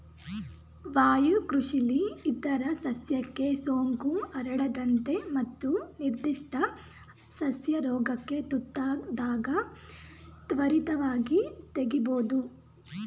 ವಾಯುಕೃಷಿಲಿ ಇತರ ಸಸ್ಯಕ್ಕೆ ಸೋಂಕು ಹರಡದಂತೆ ಮತ್ತು ನಿರ್ಧಿಷ್ಟ ಸಸ್ಯ ರೋಗಕ್ಕೆ ತುತ್ತಾದಾಗ ತ್ವರಿತವಾಗಿ ತೆಗಿಬೋದು